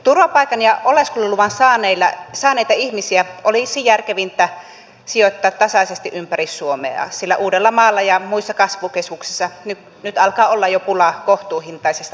turvapaikan ja oleskeluluvan saaneita ihmisiä olisi järkevintä sijoittaa tasaisesti ympäri suomea sillä uudellamaalla ja muissa kasvukeskuksissa alkaa nyt olla jo pulaa kohtuuhintaisista asunnoista